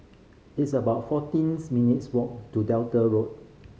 it's about fourteen minutes' walk to Delta Road